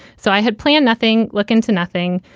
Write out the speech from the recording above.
so i had planned nothing. look into nothing.